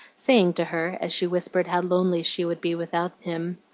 saying to her, as she whispered how lonely she should be without him,